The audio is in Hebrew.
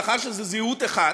מאחר שזו זהות אחת,